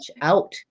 out